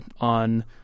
on